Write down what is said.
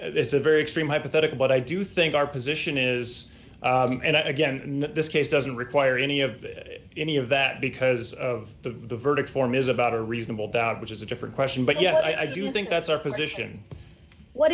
it's a very extreme hypothetical but i do think our position is and again this case doesn't require any of that any of that because of the verdict form is about a reasonable doubt which is a different question but yes i do think that's our position wh